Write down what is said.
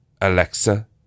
Alexa